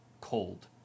cold